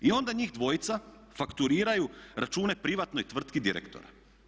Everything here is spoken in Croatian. I onda njih dvojica fakturiraju račune privatnoj tvrtki direktora.